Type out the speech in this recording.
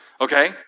okay